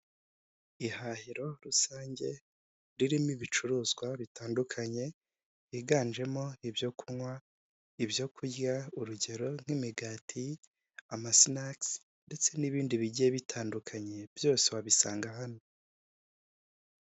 Ihahiro rusange ririmo ibicuruzwa bitandukanye higanjemo ibyo kunywa, ibyoku kurya urugero nk'imigati, amasinakisi ndetse n'ibindi bigiye bitandukanye byose wabisanga hano.